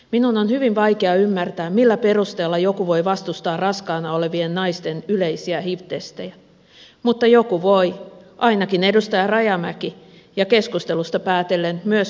minun on hyvin vaikea ymmärtää millä perusteella joku voi vastustaa raskaana olevien naisten yleisiä hiv testejä mutta joku voi ainakin edustaja rajamäki ja keskustelusta päätellen myös moni muu